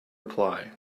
reply